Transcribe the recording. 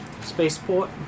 spaceport